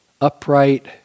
upright